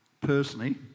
personally